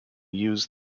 use